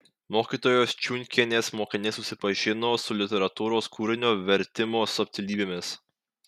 mokytojos čiunkienės mokiniai susipažino su literatūros kūrinio vertimo subtilybėmis